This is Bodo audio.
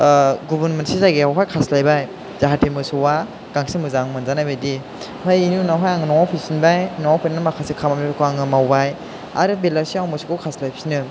गुबुन मोनसे जायगायावहाय खास्लायबाय जाहाथे मोसौआ गांसो मोजां मोनजानाय बादि ओमफ्राय बिनि उनावहाय आङो न'आव फैफिनबाय न'आव फैफिननानै माखासे खामानिखौ आङो मावबाय आरो बेलासियाव मोसौखौ खास्लायफिनो